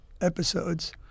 episodes